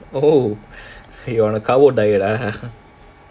oh so you're on a carbohydrates diet ah